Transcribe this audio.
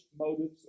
motives